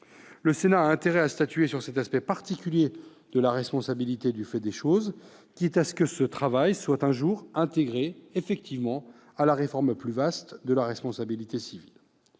Le Sénat a intérêt à statuer sur cet aspect particulier de la responsabilité du fait des choses, quitte à ce que ce travail soit un jour intégré à une réforme plus vaste de la responsabilité civile.